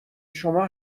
شما